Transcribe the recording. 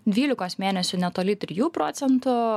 dvylikos mėnesių netoli trijų procentų